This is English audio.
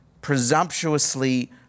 presumptuously